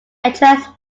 attracts